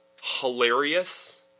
hilarious